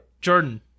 Jordan